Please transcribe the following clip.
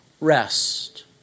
rest